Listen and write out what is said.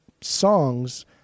songs